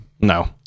no